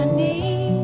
and the